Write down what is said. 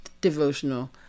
devotional